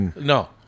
No